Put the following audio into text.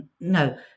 no